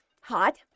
hot